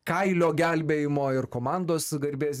kailio gelbėjimo ir komandos garbės